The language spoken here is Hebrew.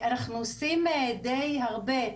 אנחנו עושים דיי הרבה.